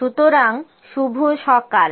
সুতরাং শুভ সকাল